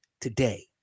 today